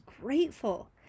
grateful